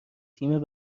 تیم